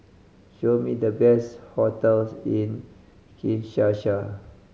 show me the best hotels in Kinshasa